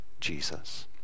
Jesus